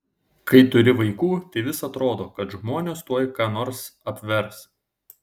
kai turi vaikų tai vis atrodo kad žmonės tuoj ką nors apvers